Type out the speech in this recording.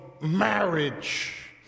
marriage